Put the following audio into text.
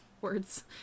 words